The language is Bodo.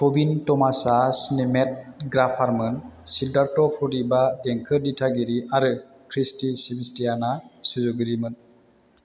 टबिन थमासआ चिनेमेट'ग्राफारमोन सिद्धार्त' प्रदीपआ देंखो दिथागिरि आरो क्रिस्टी सिनस्टियाना सुजुगिरिमोन